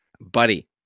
Buddy